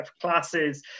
classes